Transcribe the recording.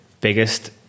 biggest